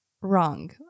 wrong